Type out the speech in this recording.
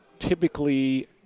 typically